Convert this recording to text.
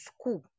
school